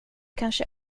kanske